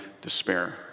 despair